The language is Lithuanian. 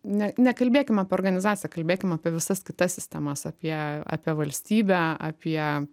ne nekalbėkim apie organizaciją kalbėkim apie visas kitas sistemas apie apie valstybę apie